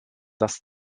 das